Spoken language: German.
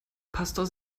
pastor